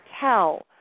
tell